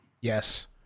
yes